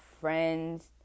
friend's